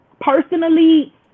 Personally